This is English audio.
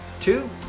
Two